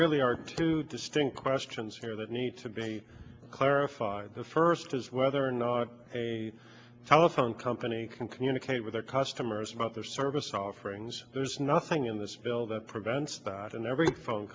really are two distinct questions here that need to be clarified first is whether or not a telephone company can communicate with our customers about their service offerings there's nothing in this bill that prevents about an every phone